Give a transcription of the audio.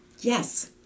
Yes